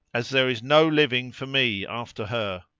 as there is no living for me after her!